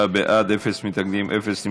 37 בעד, אפס מתנגדים, אפס נמנעים.